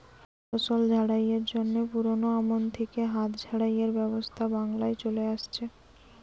ফসল ঝাড়াইয়ের জন্যে পুরোনো আমল থিকে হাত ঝাড়াইয়ের ব্যবস্থা বাংলায় চলে আসছে